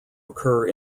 occur